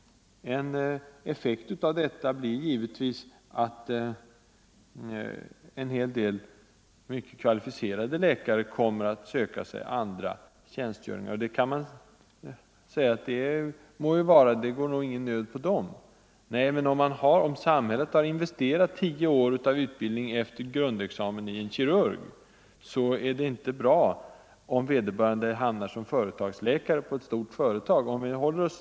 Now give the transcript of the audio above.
En effekt blir också att en hel del mycket kvalificerade läkare kommer att söka sig till andra befattningar. Det kan sägas att det må så vara, för det går nog ingen nöd på dem. Nej, men om Nr 120 samhället har investerat tio år av utbildning efter grundexamen i en Onsdagen den kirurg, så är det inte bra om vederbörande hamnar som företagsläkare 13 november 1974 på ett stort företag.